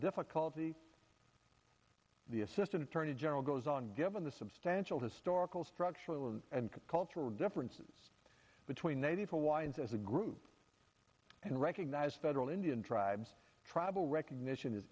difficulty the assistant attorney general goes on given the substantial historical structural and cultural differences between native hawaiians as a group and recognize federal indian tribes tribal recognition is